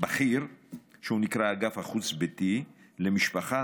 בכיר שנקרא אגף חוץ-ביתי למשפחה,